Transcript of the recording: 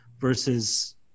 versus